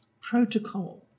protocol